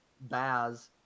Baz